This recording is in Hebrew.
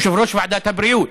יושב-ראש ועדת הבריאות.